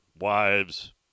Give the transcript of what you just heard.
wives